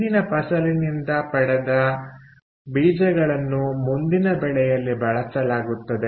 ಹಿಂದಿನ ಫಸಲಿನಿಂದ ಪಡೆದ ಬೀಜಗಳನ್ನು ಮುಂದಿನ ಬೆಳೆಯಲ್ಲಿ ಬಳಸಲಾಗುತ್ತದೆ